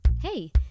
Hey